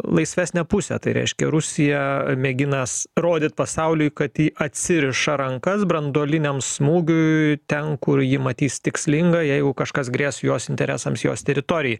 laisvesnę pusę tai reiškia rusija mėginas rodyt pasauliui kad ji atsiriša rankas branduoliniam smūgiui ten kur ji matys tikslinga jeigu kažkas grės jos interesams jos teritori